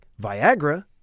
Viagra